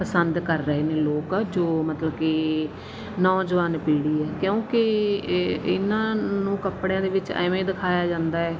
ਪਸੰਦ ਕਰ ਰਹੇ ਨੇ ਲੋਕ ਜੋ ਮਤਲਬ ਕਿ ਨੌਜਵਾਨ ਪੀੜੀ ਐ ਕਿਉਂਕਿ ਇਹਨਾਂ ਨੂੰ ਕੱਪੜਿਆਂ ਦੇ ਵਿੱਚ ਐਵੇਂ ਦਿਖਾਇਆ ਜਾਂਦਾ ਹੈ